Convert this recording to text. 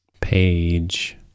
Page